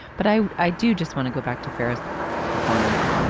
but i i do just want to go back to ferris performance.